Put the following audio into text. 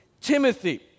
Timothy